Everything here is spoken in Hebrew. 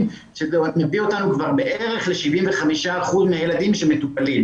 שזה מביא אותנו כבר בערך ל-75% מהילדים שמטופלים.